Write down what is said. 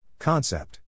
Concept